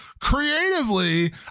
creatively